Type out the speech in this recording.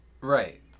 Right